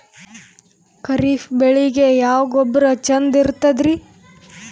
ಖರೀಪ್ ಬೇಳಿಗೆ ಯಾವ ಗೊಬ್ಬರ ಚಂದ್ ಇರತದ್ರಿ?